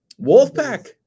Wolfpack